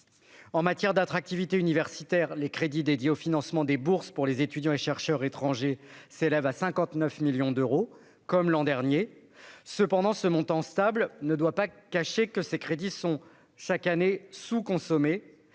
En matière d'attractivité universitaire, les crédits dédiés au financement des bourses pour les étudiants et chercheurs étrangers s'élèvent à 59 millions d'euros, comme en 2022. Cependant, ce montant stable ne doit pas cacher que ces crédits sont sous-consommés,